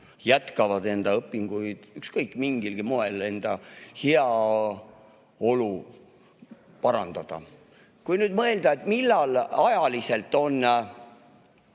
jätkavad enda õpinguid, et mingilgi moel enda heaolu parandada. Kui nüüd mõelda, millal ajaliselt on